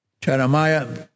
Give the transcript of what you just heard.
Jeremiah